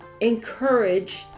encourage